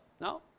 no